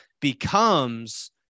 becomes